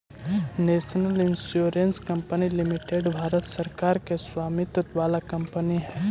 national insurance company limited Bharat सरकार के स्वामित्व वाला कंपनी हई